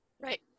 Right